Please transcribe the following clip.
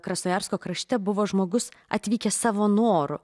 krasnojarsko krašte buvo žmogus atvykęs savo noru